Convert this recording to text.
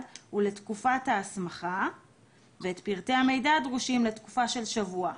ולתקופת ההסמכה ואת פרטי המידע הדרושים לתקופה של שבוע,